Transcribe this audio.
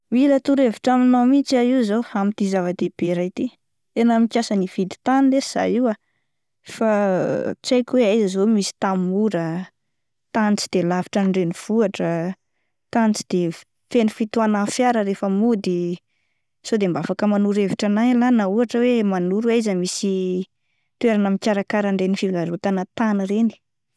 Mila torohevitra aminao mintsy aho io zaho, amin'ity zava-dehibe ray ity, tena mikasa ny hividy tany lesy zah io ah fa tsy haiko hoe aiza zao no misy tany mora ah, tany tsy de lavitra ny renivohitra ah, tany tsy de feno fitohanan'ny fiara rehefa mody, sody afaka manoro hevitra anah elah na ohatra hoe manoro oe aiza no misy toerana mikarakara ireny fivarotana tany ireny.